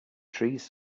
trees